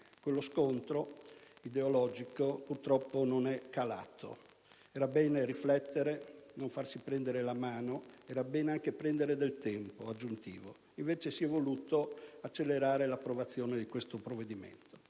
quello scontro ideologico purtroppo non si è attenuato. Era bene riflettere e non farsi prendere la mano, era bene prendere del tempo aggiuntivo, invece si è voluto accelerare l'approvazione di questo provvedimento,